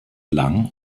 lang